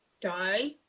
die